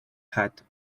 hat